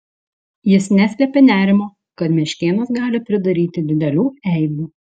jis neslėpė nerimo kad meškėnas gali pridaryti didelių eibių